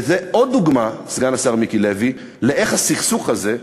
וזה עוד דוגמה, סגן השר מיקי לוי, איך הסכסוך הזה,